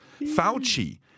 Fauci